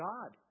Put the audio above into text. God